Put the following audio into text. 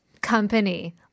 company